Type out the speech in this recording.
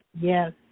Yes